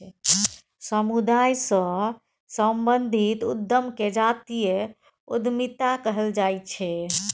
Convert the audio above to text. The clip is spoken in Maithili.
समुदाय सँ संबंधित उद्यम केँ जातीय उद्यमिता कहल जाइ छै